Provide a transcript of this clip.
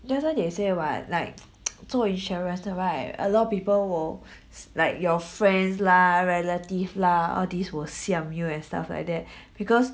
that's why they say what like 做 insurance 的 right a lot of people will like your friends lah relatives lah all these will siam you and stuff like that because